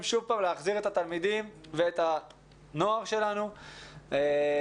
שוב להחזיר את התלמידים ואת הנוער שלנו לבית,